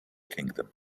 kingdom